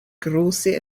große